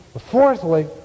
Fourthly